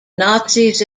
nazis